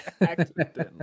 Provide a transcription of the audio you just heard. Accidentally